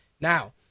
Now